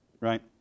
right